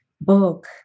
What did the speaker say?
book